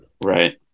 Right